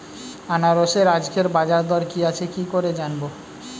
আনারসের আজকের বাজার দর কি আছে কি করে জানবো?